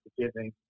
forgiving